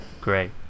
great